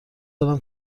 دارم